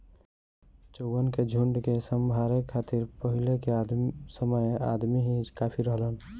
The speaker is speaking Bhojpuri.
चउवन के झुंड के सम्हारे खातिर पहिले के समय अदमी ही काफी रहलन